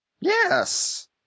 Yes